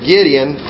Gideon